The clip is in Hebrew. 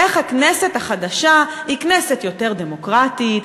איך הכנסת החדשה היא כנסת יותר דמוקרטית,